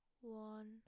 One